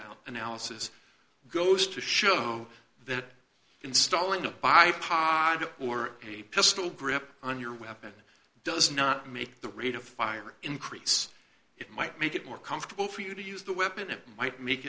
al analysis goes to show that installing a byproduct or a pistol grip on your weapon does not make the rate of fire increase it might make it more comfortable for you to use the weapon it might make